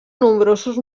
nombrosos